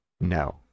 no